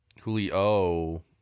julio